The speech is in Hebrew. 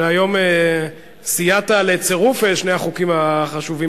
שהיום סייע לצירוף שני החוקים האלה,